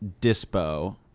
Dispo